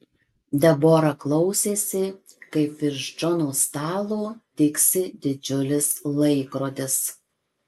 debora klausėsi kaip virš džono stalo tiksi didžiulis laikrodis